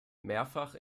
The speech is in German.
mehrfach